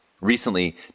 Recently